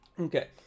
Okay